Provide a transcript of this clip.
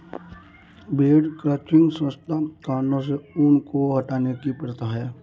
भेड़ क्रचिंग स्वच्छता कारणों से ऊन को हटाने की प्रथा है